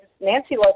Nancy